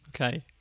Okay